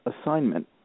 assignment